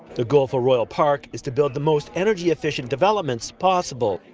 the goal for royalpark is to build the most energy efficient developments possible.